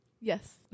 Yes